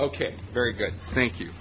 ok very good thank you